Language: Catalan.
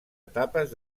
etapes